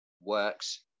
works